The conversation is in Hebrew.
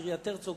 קריית-הרצוג,